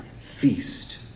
feast